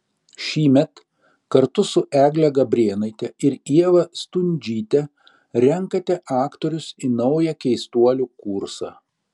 šįmet kartu su egle gabrėnaite ir ieva stundžyte renkate aktorius į naują keistuolių kursą